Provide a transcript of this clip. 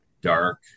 dark